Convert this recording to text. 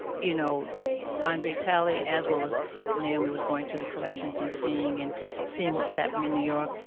you know andre talley as well as naomi was going to the collections and seeing, and seeing what's happening in new york.